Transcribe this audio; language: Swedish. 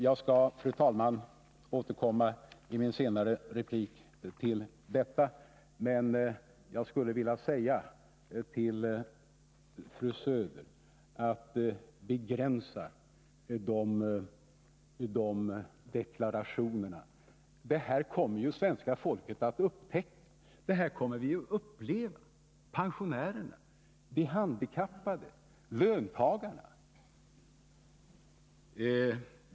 Jag skall, fru talman, återkomma till detta i en senare replik. Men jag skulle vilja säga till fru Söder: Begränsa dessa deklarationer! Det här kommer ju svenska folket att upptäcka. Det här kommer vi att uppleva — pensionärerna, de handikappade, löntagarna.